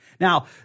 Now